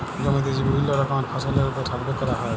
জমিতে যে বিভিল্য রকমের ফসলের ওপর সার্ভে ক্যরা হ্যয়